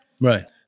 Right